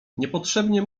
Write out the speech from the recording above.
niepotrzebnie